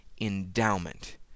endowment